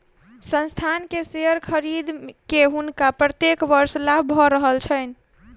संस्थान के शेयर खरीद के हुनका प्रत्येक वर्ष लाभ भ रहल छैन